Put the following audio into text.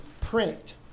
print